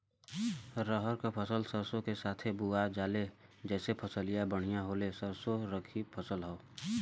रहर क फसल सरसो के साथे बुवल जाले जैसे फसलिया बढ़िया होले सरसो रबीक फसल हवौ